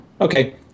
Okay